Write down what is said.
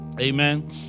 Amen